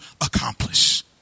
accomplish